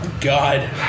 God